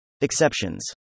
Exceptions